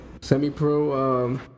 semi-pro